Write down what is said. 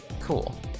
Cool